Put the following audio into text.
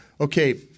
okay